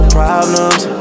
problems